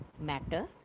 matter